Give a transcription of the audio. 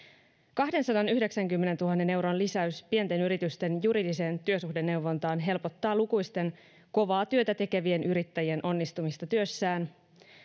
kahdensadanyhdeksänkymmenentuhannen euron lisäys pienten yritysten juridiseen työsuhdeneuvontaan helpottaa lukuisten kovaa työtä tekevien yrittäjien onnistumista työssään